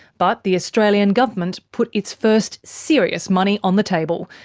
but the australian government put its first serious money on the table,